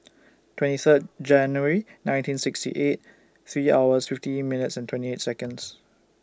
twenty Third January nineteen sixty eight three hours fifty minutes and twenty eight Seconds